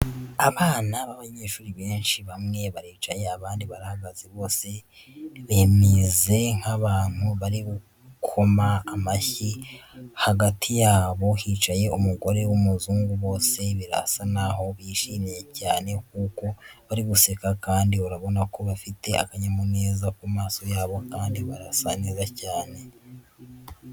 Abana b'abanyeshuri benshi bamwe baricaye abandi barahagaze, bose bameze nk'abantu bari gukoma amashyi, hagati yabo hicaye umugore w'umuzungu, bose birasa naho bishimye cyane kuko bari guseka kandi urabona ko bafite akanyamuneza ku maso yabo kandi barasa neza cyane.